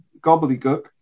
gobbledygook